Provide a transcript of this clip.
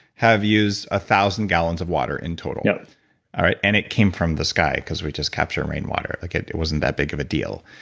have used one ah thousand gallons of water in total yup all right? and it came from the sky because we just capture rainwater. like it it wasn't that big of a deal.